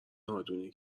نادونی